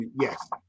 yes